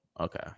Okay